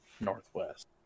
northwest